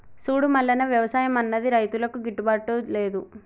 సూడు మల్లన్న, వ్యవసాయం అన్నది రైతులకు గిట్టుబాటు లేదు